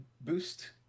boost